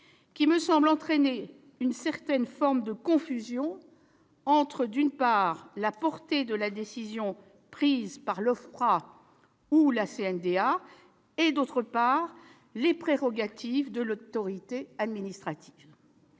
me semble entraîner une certaine confusion entre, d'une part, la portée de la décision prise par l'OFPRA ou la CNDA et, d'autre part, les prérogatives de l'autorité administrative.